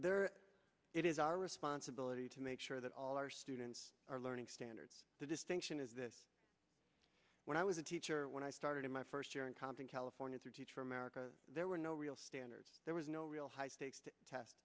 it is our responsibility to make sure that all our students are learning standards the distinction is this when i was a teacher when i started in my first year in compton california through teach for america there were no real standards there was no real high stakes to test